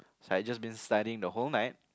so I just been studying the whole night